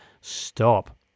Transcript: stop